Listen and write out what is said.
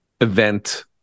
event